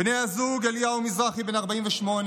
בני הזוג אליהו מזרחי, בן 48,